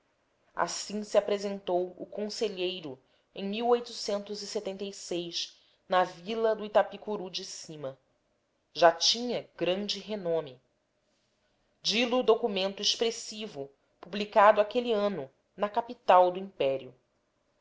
assim se apresentou o conselheiro em na vila do itapicuru de cima já tinha grande renome di lo documento expressivo publicado aquele ano na capital do império